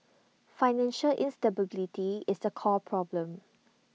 financial instability is the core problem